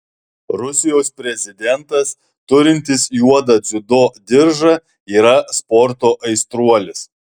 rusijos prezidentas turintis juodą dziudo diržą yra sporto aistruolis